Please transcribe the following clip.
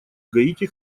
гаити